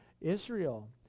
Israel